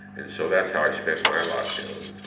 and so that's how i spent my lockdown.